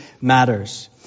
matters